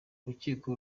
urukiko